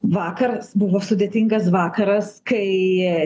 vakar buvo sudėtingas vakaras kai